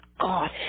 God